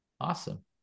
Awesome